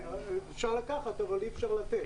אפשר לקחת אבל לא לתת.